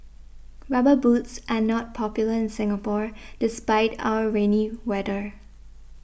rubber boots are not popular in Singapore despite our rainy weather